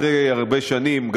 אחרי הרבה שנים,